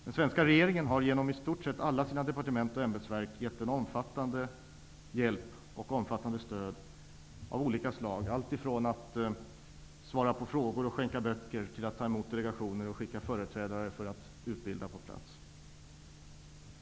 Den svenska regeringen har genom i stort sett alla sina departement och ämbetsverk gett omfattande hjälp och stöd av olika slag; alltifrån att svara på frågor och skänka böcker till att ta emot delegationer och skicka företrädare för att utbilda på plats.